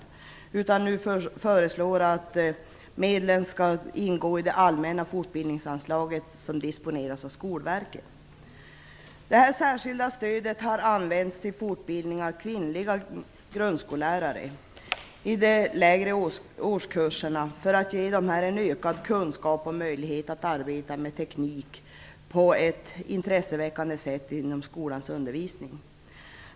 I stället föreslår man nu att medlen skall ingå i det allmänna fortbildningsanslaget som disponeras av Det här särskilda stödet har använts till fortbildning av kvinnliga grundskollärare i de lägre årskurserna för att ge dem en ökad kunskap och möjlighet att arbeta med teknik på ett intresseväckande sätt inom skolans undervisning.